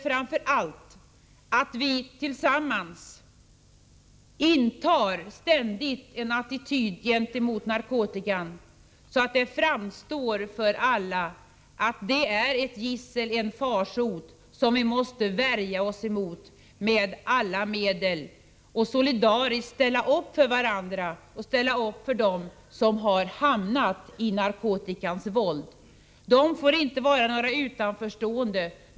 Framför allt måste vi tillsammans ständigt inta en sådan attityd gentemot narkotikan att det för alla framstår att den är en farsot som vi måste värja oss emot med alla medel. Vi måste solidariskt ställa upp för varandra och för dem som hamnat i narkotikans våld. De får inte vara några utanförstående.